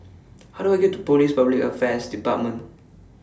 How Do I get to Police Public Affairs department